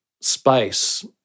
space